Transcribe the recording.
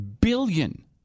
billion